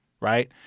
right